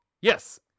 Yes